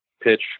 pitch